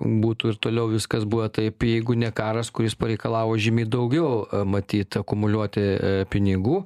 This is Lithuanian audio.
būtų ir toliau viskas buvo taip jeigu ne karas kuris pareikalavo žymiai daugiau matyt akumuliuoti pinigų